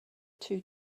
two